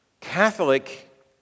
Catholic